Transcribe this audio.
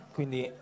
Quindi